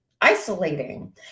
isolating